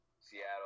Seattle